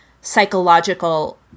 psychological